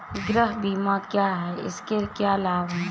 गृह बीमा क्या है इसके क्या लाभ हैं?